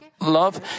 love